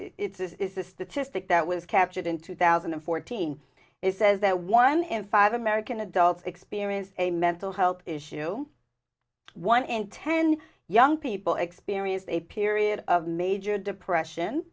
in this is a statistic that was captured in two thousand and fourteen it says that one in five american adults experience a mental health issue one in ten young people experience a period of major depression